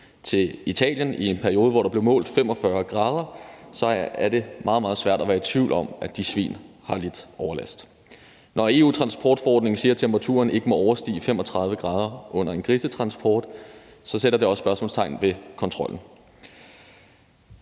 til Italien i en periode, hvor der blev målt 45 grader, så er det meget, meget svært at være i tvivl om, at de svin har lidt overlast. Når EU-transportforordningen siger, at temperaturen ikke må overstige 35 grader under en grisetransport, så sætter det også spørgsmålstegn ved kontrollen.